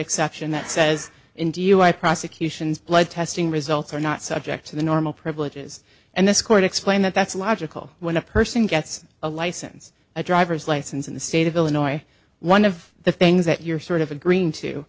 exception that says in do you i prosecutions blood testing results are not subject to the normal privileges and this court explained that that's logical when a person gets a license a driver's license in the state of illinois one of the things that you're sort of agreeing to